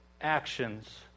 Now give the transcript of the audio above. actions